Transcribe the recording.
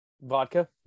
vodka